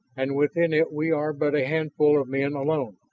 and within it we are but a handful of men alone